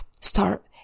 Start